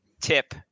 tip